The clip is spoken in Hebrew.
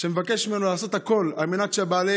ומבקש ממנו לעשות הכול על מנת שבעלי